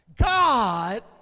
God